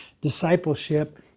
discipleship